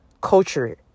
culture